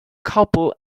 couple